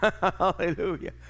Hallelujah